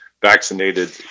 vaccinated